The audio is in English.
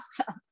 awesome